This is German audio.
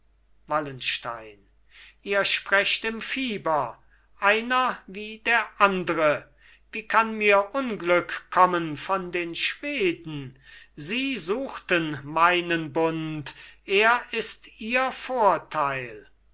wallenstein ihr sprecht im fieber einer wie der andre wie kann mir unglück kommen von den schweden sie suchten meinen bund er ist ihr vorteil